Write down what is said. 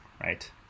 right